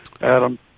Adam